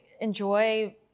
enjoy